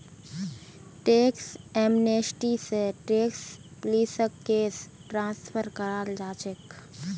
tax amnesty स tax पुलिसक case transfer कराल जा छेक